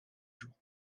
jours